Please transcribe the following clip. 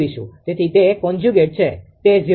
તેથી તે કોન્જ્યુગેટconjugateસંયુક્ત છે તે 0